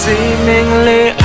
Seemingly